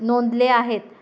नोंदले आहेत